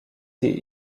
tea